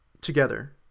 together